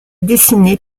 dessinée